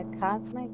Cosmic